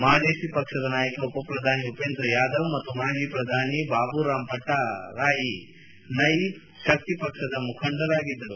ಮಾದೇಶಿ ಪಕ್ಷದ ನಾಯಕ ಉಪ ಪ್ರಧಾನಿ ಉಪೇಂದ್ರ ಯಾದವ್ ಮತ್ತು ಮಾಜಿ ಪ್ರಧಾನಿ ಬಾಬುರಾಮ್ ಭಟ್ಟಾರಾಯಿ ನಯಾ ಶಕ್ತಿ ಪಕ್ಷದ ಮುಖಂಡರಾಗಿದ್ದರು